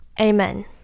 Amen